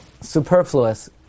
superfluous